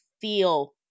feel